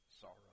sorrow